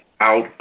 out